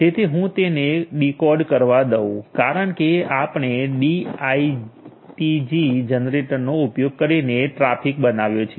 તેથી હું તેને ડીકોડ કરવા દઉં કારણ કે આપણે ડી આઇટીજી જનરેટરનો ઉપયોગ કરીને ટ્રાફિક બનાવ્યો છે